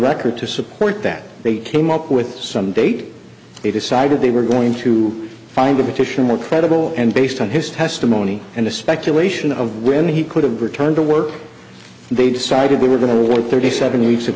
record to support that they came up with some date a decided they were going to find the petition more credible and based on his testimony and the speculation of when he could have returned to work they decided we were going to award thirty seven weeks of